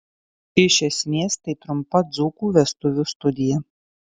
iš esmės tai trumpa dzūkų vestuvių studija